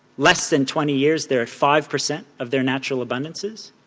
less than twenty years there are at five percent of their natural abundances,